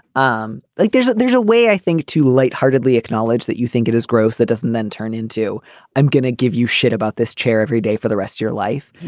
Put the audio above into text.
um like there's a there's a way i think to light heartedly acknowledge that you think it is gross. that doesn't then turn into i'm going to give you shit about this chair every day for the rest of your life.